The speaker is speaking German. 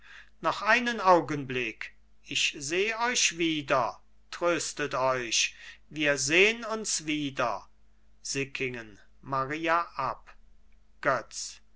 noch einen augenblick ich seh euch wieder tröstet euch wir sehn uns wieder sickingen maria ab götz